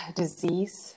disease